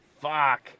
fuck